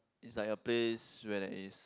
it's like a place where there is